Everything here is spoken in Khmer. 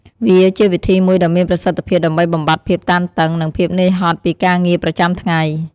វាជាវិធីមួយដ៏មានប្រសិទ្ធភាពដើម្បីបំបាត់ភាពតានតឹង និងភាពនឿយហត់ពីការងារប្រចាំថ្ងៃ។